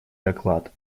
доклад